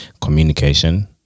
communication